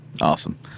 Awesome